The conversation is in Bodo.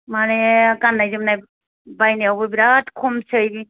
माने गान्नाय जोमनाय बायनायावबो बिराद खमसै